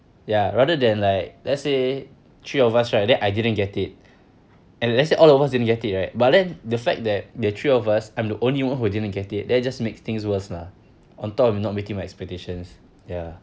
ya rather than like let's say three of us right then I didn't get it and let's say all of us didn't get it right but then the fact that the three of us I'm the only one who didn't get it that just makes things worse lah on top of not meeting my expectations ya